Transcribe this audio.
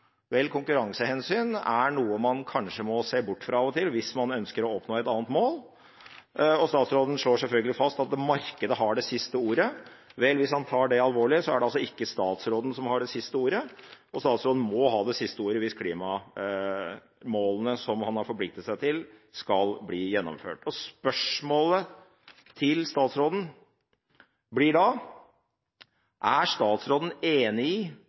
Vel – konkurransehensyn er noe man kanskje må se bort fra av og til hvis man ønsker å oppnå et annet mål. Statsråden slår selvfølgelig også fast at markedet har det siste ordet. Vel – hvis han tar det alvorlig, er det altså ikke statsråden som har det siste ordet, og statsråden må ha det siste ordet hvis klimamålene som han har forpliktet seg til, skal bli gjennomført. Spørsmålet til statsråden blir da: Er statsråden enig i